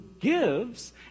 gives